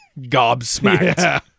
gobsmacked